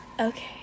Okay